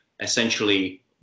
essentially